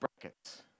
brackets